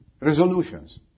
Resolutions